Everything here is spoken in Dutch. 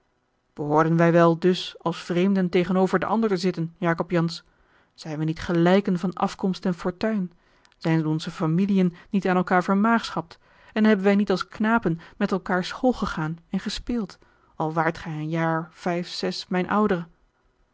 behoorden wij wel dus als vreemden tegenover den ander te zitten jacob jansz zijn we niet gelijken van afkomst en fortuin zijn onze familiën niet aan elkaâr vermaagschapt en hebben wij niet als knapen met elkaâr school gegaan en gespeeld al waardt gij een jaar vijf zes mijn oudere